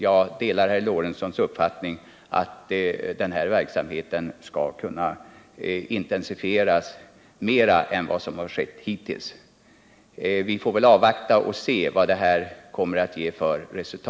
Jag delar herr Lorentzons uppfattning att denna verksamhet skall kunna intensifieras mer än vad som har skett hittills. Vi får väl avvakta och se vad resultatet kommer att bli.